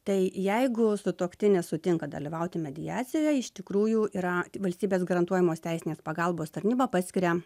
tai jeigu sutuoktinis sutinka dalyvauti mediacijoje iš tikrųjų yra valstybės garantuojamos teisinės pagalbos tarnyba paskiria